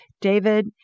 David